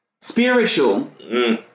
spiritual